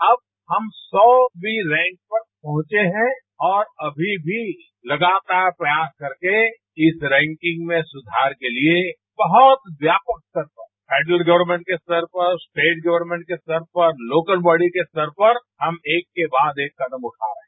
अब हम सौंची रैंक पर पहुंचे हैं और अभी भी लगतार प्रयास करके इस रैंकिंग में सुधार के लिए बहुत व्यापक स्तर पर सेंट्रल गवमेंट के स्तर पर स्टेट गवमेंट के स्तर पर लोकल बॉडी के स्तर पर हम एक के बाद एक कदम उठा रहे हैं